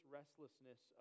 restlessness